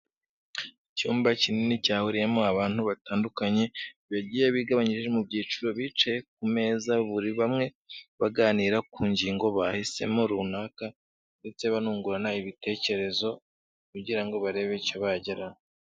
Icyumba kinini cyahuriyemo abantu batandukanye, bagiye bigabanyije mu byiciro bicaye ku meza buri bamwe, baganira ku ngingo bahisemo runaka ndetse banungurana ibitekerezo kugira ngo barebe icyo bageraho.